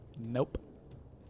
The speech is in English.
Nope